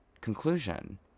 conclusion